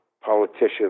politicians